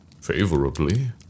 Favorably